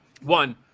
one